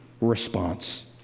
response